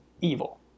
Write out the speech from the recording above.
evil